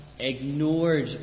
ignored